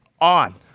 on